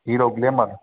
hero glamour